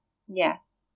ya